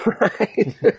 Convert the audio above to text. Right